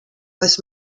was